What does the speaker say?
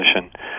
position